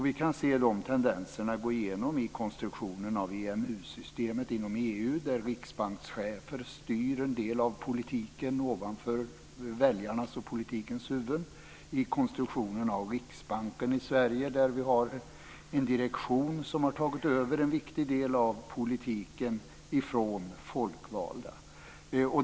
Vi kan se den tendensen gå igenom i konstruktionen av EMU systemet inom EU, där riksbankschefer styr en del av politiken ovanför väljarnas och politikens huvud, och i konstruktionen av Riksbanken i Sverige, där vi har en direktion som har tagit över en viktig del av politiken från folkvalda.